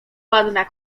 ładna